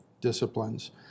disciplines